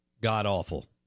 god-awful